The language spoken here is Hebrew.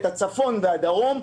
את הצפון והדרום,